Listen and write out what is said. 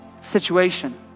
situation